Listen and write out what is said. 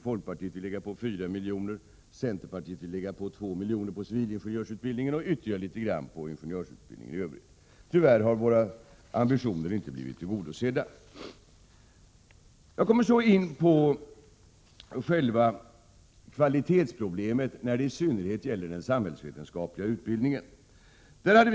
Folkpartiet vill lägga på 4 miljoner. Centerpartiet vill lägga på 2 miljoner på civilingenjörsutbildningen och ytterligare litet grand på ingenjörsutbildningen i övrigt. Våra ambitioner har tyvärr inte blivit tillgodosedda. Jag kommer nu in på själva kvalitetsproblemen, i synnerhet när det gäller den samhällsvetenskapliga utbildningen.